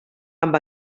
amb